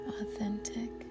Authentic